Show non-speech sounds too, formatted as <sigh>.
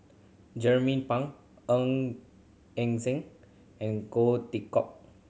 Jernnine Pang <unintelligible> Eng Seng and goal Hitchcock